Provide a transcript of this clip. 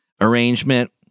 arrangement